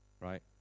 Right